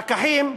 פקחים,